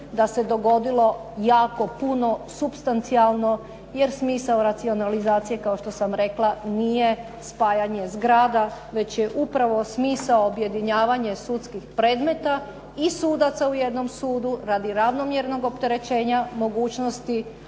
da se dogodilo jako puno supstancijalno jer smisao racionalizacije kao što sam rekla nije spajanje zgrada, već je upravo smisao objedinjavanje sudskih predmeta i sudaca u jednom sudu radi ravnomjernog opterećenja mogućnosti